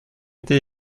été